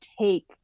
take